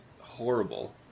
horrible